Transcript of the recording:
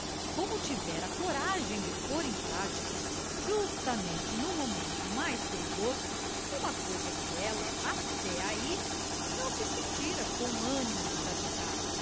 como tivera coragem de pôr em prática justamente no momento mais perigoso uma coisa que ela até ai não se sentira com animo de praticar